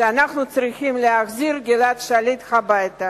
שאנחנו צריכים להחזיר את גלעד שליט הביתה.